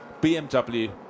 BMW